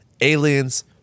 Aliens